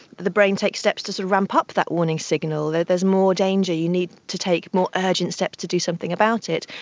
the brain take steps to ramp up that warning signal. there's more danger, you need to take more urgent steps to do something about it.